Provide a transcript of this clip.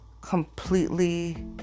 completely